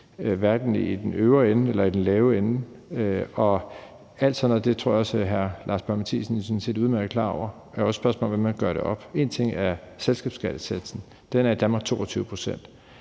hverken i den øvre ende eller i den lave ende. Alt sådan noget tror jeg også hr. Lars Boje Mathiesen sådan set udmærket er klar over. Det er jo også spørgsmålet, hvordan man gør det op. En ting er selskabsskattesatsen. Den er i Danmark 22 pct.